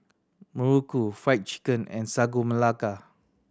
muruku Fried Chicken and Sagu Melaka